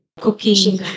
cooking